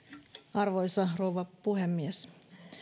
arvoisa rouva puhemies